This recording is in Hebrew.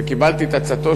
וקיבלתי את עצתו,